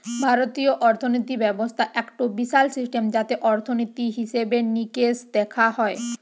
ভারতীয় অর্থিনীতি ব্যবস্থা একটো বিশাল সিস্টেম যাতে অর্থনীতি, হিসেবে নিকেশ দেখা হয়